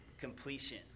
completion